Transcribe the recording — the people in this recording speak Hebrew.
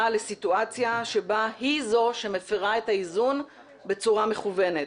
לסיטואציה שבה היא זו שמפרה את האיזון בצורה מכוונת.